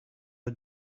are